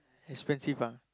expensive ah